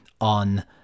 on